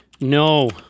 No